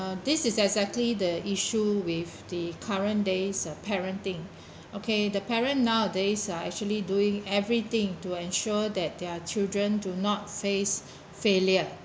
uh this is exactly the issue with the current days parenting okay the parent nowadays are actually doing everything to ensure that their children do not face failure